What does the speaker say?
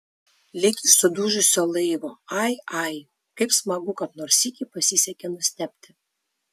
lyg iš sudužusio laivo ai ai kaip smagu kad nors sykį pasisekė nustebti